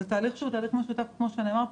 זה תהליך שהוא תהליך משותף, כמו שנאמר פה.